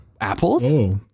Apples